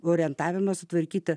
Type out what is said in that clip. orientavimą sutvarkyti